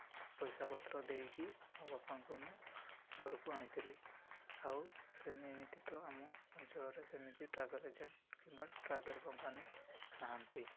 ପଇସାପତ୍ର ଦେଇକି ମୋ ବାପାଙ୍କୁ ମୁଁ ଘରକୁ ଆଣିଥିଲି ଆଉ ସେମିତି ତ ଆମ ଅଞ୍ଚଳରେ ସେମିତି ଟ୍ରାଭେଲ୍ ଏଜେଣ୍ଟ୍ କିମ୍ବା ଟ୍ରାଭେଲ୍ କମ୍ପାନୀ ନାହାନ୍ତି